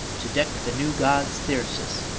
to deck the new god's thyrsus,